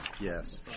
Yes